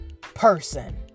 person